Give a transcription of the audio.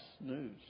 News